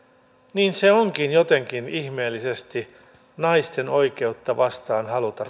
se onkin jotenkin ihmeellisesti vastaan naisten oikeutta haluta